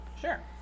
Sure